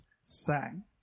Sang